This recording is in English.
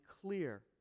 clear